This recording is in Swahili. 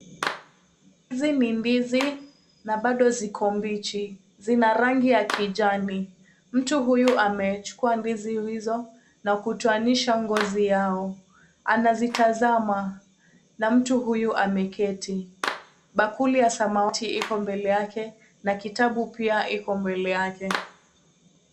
Hizi ni ndizi, na bado ziko mbichi. Zina rangi ya kijani. Mtu huyu amechukua ndizi hizo na kutoanisha ngozi yao. Anazitazama, na mtu huyu ameketi. Bakuli la samawati iko mbele yake na kitabu pia iko mbele yake.